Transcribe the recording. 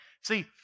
see